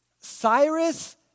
Cyrus